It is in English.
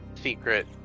secret